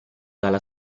dalla